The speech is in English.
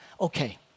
Okay